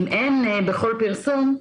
אם אין בכל פרסום,